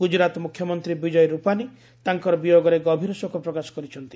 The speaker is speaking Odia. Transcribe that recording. ଗୁଜରାତ ମୁଖ୍ୟମନ୍ତ୍ରୀ ବିଜୟ ରୁପାନୀ ତାଙ୍କର ବିୟୋଗରେ ଗଭୀର ଶୋକ ପ୍ରକାଶ କରିଛନ୍ତି